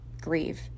grieve